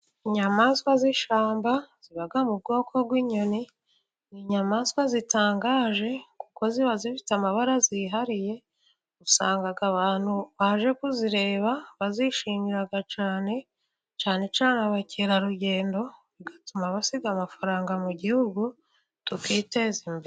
Inyamaswa z'ishyamba ziba mu bwoko bw'inyoni, ni inyamaswa zitangaje kuko ziba zifite amabara yihariye, usanga abantu baje kuzireba bazishimira cyane, cyane cyane abakerarugendo, bigatuma basiga amafaranga mu gihugu tukiteza imbere.